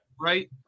Right